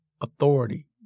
authority